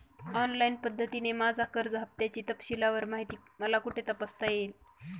Online पद्धतीने माझ्या कर्ज हफ्त्याची तपशीलवार माहिती मला कुठे तपासता येईल?